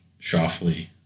Shoffley